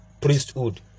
priesthood